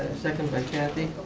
second by kathy.